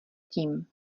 tím